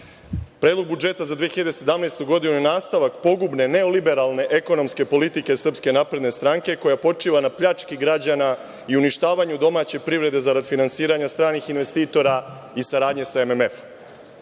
predlog budžeta za 2017. godinu je nastavak pogubne, neoliberalne ekonomske politike SNS koja počiva na pljački građana i uništavanju domaće privrede zarad finansiranja stranih investitora i saradnje sa MMF-om. Vlada